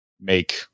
make